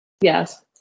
Yes